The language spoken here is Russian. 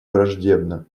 враждебно